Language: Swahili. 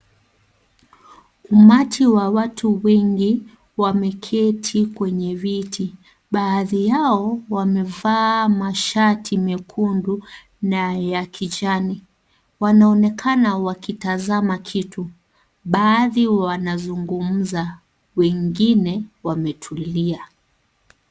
Umati wa watu wengi wameketi kwenye viti, baadhi yao wamevaa mashati mekundu na ya kijani wanaonekana wakitazama kitu baadhi wanazungumza wengine wametulia.